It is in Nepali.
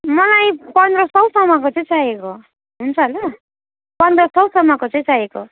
मलाई पन्ध्र सौसम्मको चाहिँ चाहिएको हुन्छ होला पन्ध्र सौसम्मको चाहिँ चाहिएको